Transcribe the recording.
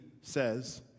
says